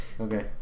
Okay